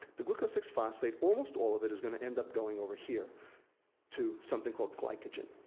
the glucose six phosphate almost all of it, is gonna end up going over here to something called glycagen.